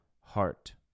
heart